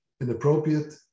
inappropriate